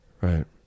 Right